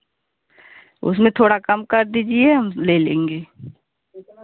उसमें थोड़ा कम कर दीजिए हम ले लेंगे